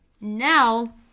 Now